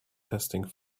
testing